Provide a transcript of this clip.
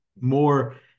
more